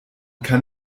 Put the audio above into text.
kann